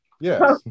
Yes